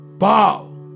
bow